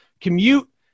commute